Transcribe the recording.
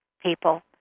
people